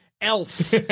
elf